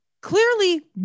clearly